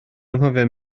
anghofio